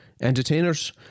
Entertainers